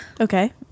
okay